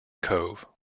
cove